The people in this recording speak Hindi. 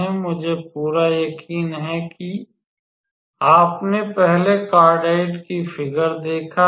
मुझे पूरा यकीन है कि आपने पहले कार्डियोइड की फ़िगर देखा होगा